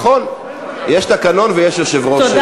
נכון, יש תקנון, ויש יושב-ראש ישיבה.